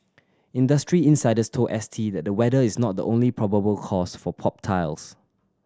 industry insiders told S T that the weather is not the only probable cause for popped tiles